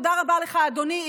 תודה רבה לך, אדוני.